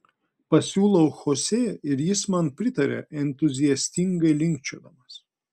pasiūlau chosė ir jis man pritaria entuziastingai linkčiodamas